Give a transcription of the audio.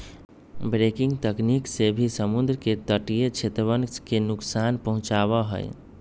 breaking तकनीक से भी समुद्र के तटीय क्षेत्रवन के नुकसान पहुंचावा हई